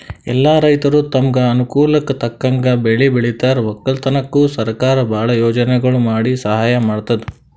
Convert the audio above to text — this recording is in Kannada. ಎಲ್ಲಾ ರೈತರ್ ತಮ್ಗ್ ಅನುಕೂಲಕ್ಕ್ ತಕ್ಕಂಗ್ ಬೆಳಿ ಬೆಳಿತಾರ್ ವಕ್ಕಲತನ್ಕ್ ಸರಕಾರ್ ಭಾಳ್ ಯೋಜನೆಗೊಳ್ ಮಾಡಿ ಸಹಾಯ್ ಮಾಡ್ತದ್